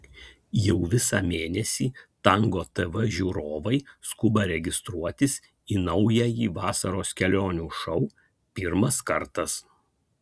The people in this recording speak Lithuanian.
jau visą mėnesį tango tv žiūrovai skuba registruotis į naująjį vasaros kelionių šou pirmas kartas